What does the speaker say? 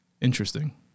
Interesting